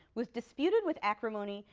was disputed with acrimony,